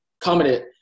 commented